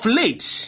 late